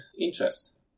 interest